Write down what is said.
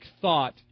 thought